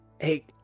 Hey